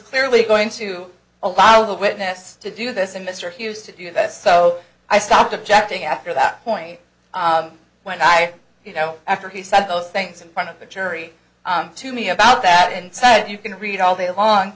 clearly going to allow the witness to do this and mr hughes to do that so i stopped objecting after that point when i you know after he said those things in front of the jury to me about that and said you can read all day